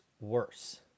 worse